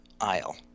aisle